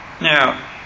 Now